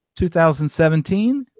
2017